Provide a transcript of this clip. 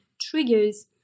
triggers